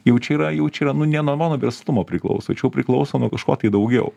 jau čia yra jau čia yra nu ne nuo mano verslumo priklauso čia jau priklauso nuo kažko tai daugiau